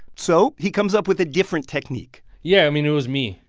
so he comes up with a different technique yeah, i mean, it was me.